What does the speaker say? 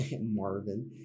Marvin